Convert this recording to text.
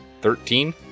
Thirteen